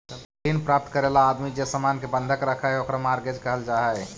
ऋण प्राप्त करे ला आदमी जे सामान के बंधक रखऽ हई ओकरा मॉर्गेज कहल जा हई